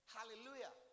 Hallelujah